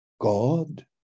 God